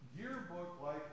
yearbook-like